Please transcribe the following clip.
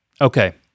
Okay